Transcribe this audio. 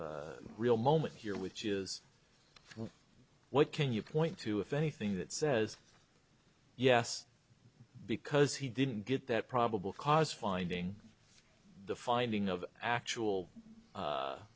e real moment here which is what can you point to if anything that says yes because he didn't get that probable cause finding the finding of actual